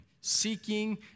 seeking